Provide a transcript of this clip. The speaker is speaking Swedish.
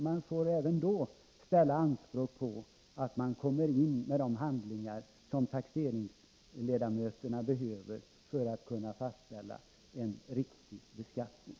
Man får även då ställa anspråk på att han kommer in med de handlingar som taxeringsledamöterna behöver för att kunna åstadkomma en riktig beskattning.